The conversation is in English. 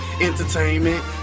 entertainment